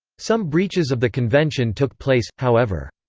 some breaches of the convention took place, however.